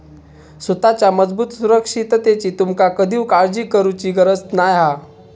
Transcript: सुताच्या मजबूत सुरक्षिततेची तुमका कधीव काळजी करुची गरज नाय हा